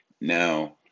Now